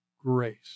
grace